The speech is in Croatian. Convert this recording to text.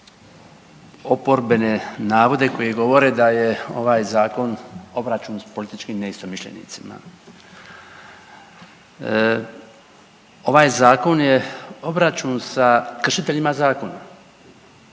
oporbene navode koji govore da je ovaj zakon obračun s političkim neistomišljenicima. Ovaj zakon je obračun sa kršiteljima zakona.